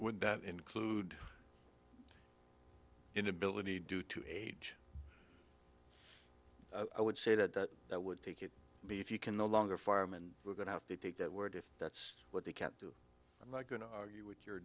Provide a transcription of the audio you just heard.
would that include inability due to age i would say that that would take it be if you can no longer farm and we're going to have to take that word if that's what they can't do i'm not going to argue with your